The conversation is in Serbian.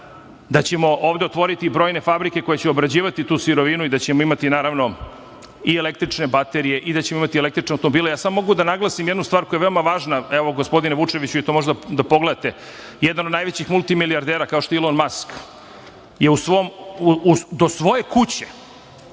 da ćemo ovde otvoriti i brojne fabrike koje će obrađivati tu sirovinu i da ćemo imati, naravno, i električne baterije i da ćemo imati električne automobile. Samo mogu da naglasim jednu stvar koja je veoma važna, evo, gospodine Vučeviću, vi to možete da pogledate, jedan od najvećih multimilijardera kao što je Ilon Mask je do svoje kuće